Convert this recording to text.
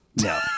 No